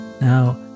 Now